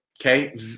Okay